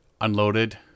unloaded